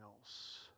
else